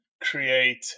create